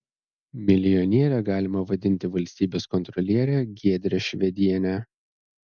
milijoniere galima vadinti valstybės kontrolierę giedrę švedienę